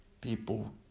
people